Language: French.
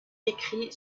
écrit